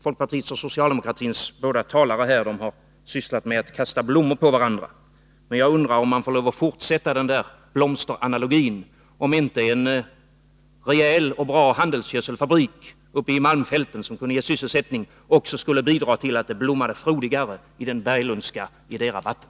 Folkpartiets och socialdemokratins båda talare här har sysslat med att ge varandra blommor. Men jag undrar om man får lov att fortsätta med detta. Jag undrar om inte en rejäl och bra handelsgödselfabrik uppe i malmfälten, som kunde ge sysselsättning, också skulle bidra till att det blommade frodigare i den Berglundska idérabatten.